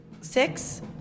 Six